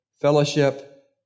fellowship